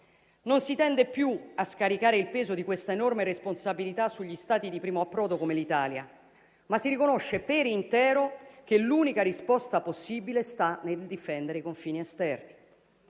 Non si tende più a scaricare il peso di questa enorme responsabilità sugli Stati di primo approdo come l'Italia, ma si riconosce per intero che l'unica risposta possibile sta nel difendere i confini esterni.